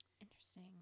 Interesting